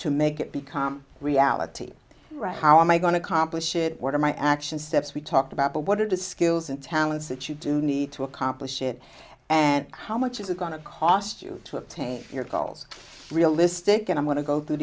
to make it become reality right how am i going to complicate shit what are my action steps we talked about but what are the skills and talents that you do need to accomplish it and how much is it going to cost you to obtain your calls realistic and i'm going to go through